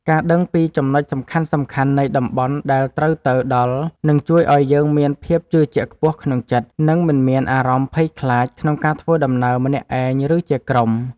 ការដឹងពីចំណុចសំខាន់ៗនៃតំបន់ដែលត្រូវទៅដល់នឹងជួយឱ្យយើងមានភាពជឿជាក់ខ្ពស់ក្នុងចិត្ត និង មិនមានអារម្មណ៍ភ័យខ្លាចក្នុងការធ្វើដំណើរម្នាក់ឯងឬជាក្រុម។